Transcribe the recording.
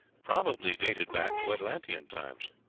probably dated back to atlantean times.